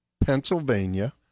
Pennsylvania